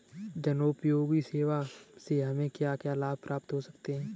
जनोपयोगी सेवा से हमें क्या क्या लाभ प्राप्त हो सकते हैं?